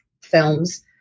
films